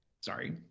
sorry